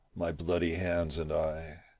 my bloody hands and i.